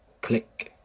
Click